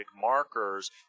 markers